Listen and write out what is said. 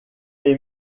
est